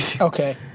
Okay